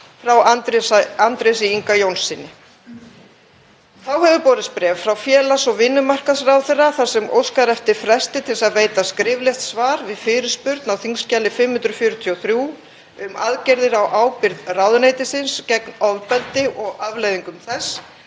frá Andrési Inga Jónssyni. Þá hefur borist bréf frá félags- og vinnumarkaðsráðherra þar sem óskað er eftir fresti til að veita skriflegt svar við fyrirspurn á þskj. 543, um aðgerðir á ábyrgð ráðuneytisins gegn ofbeldi og afleiðingum þess,